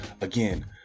Again